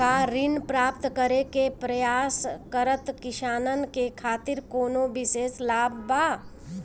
का ऋण प्राप्त करे के प्रयास करत किसानन के खातिर कोनो विशेष लाभ बा